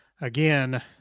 again